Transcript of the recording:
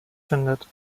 findet